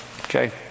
okay